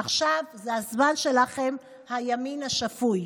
עכשיו זה הזמן שלכם, הימין השפוי.